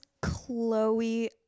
chloe